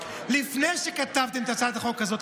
לפני שכתבתם את הצעת החוק הזאת,